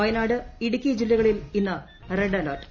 വയനാട് ഇടുക്കി ജില്ലകളിൽ ഇന്ന് red alert